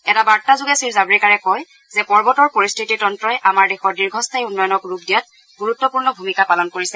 এটা বাৰ্তা যোগে শ্ৰী জাভড়েকাৰে কয় যে পৰ্বতৰ পৰিস্থিতি তন্ত্ৰই আমাৰ দেশৰ দীৰ্ঘস্থায়ী উন্নয়নক ৰূপ দিয়াত গুৰুত্বপূৰ্ণ ভূমিকা পালন কৰিছে